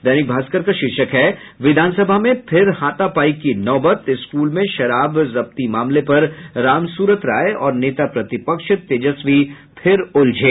दैनिक भास्कर का शीर्षक है विधानसभा में फिर हाथापाई को नौबत स्कूल में शराब जब्ती मामले पर रामसूरत राय और नेता प्रतिपक्ष तेजस्वी फिर उलझे